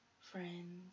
friends